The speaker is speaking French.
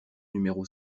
numéro